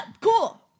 cool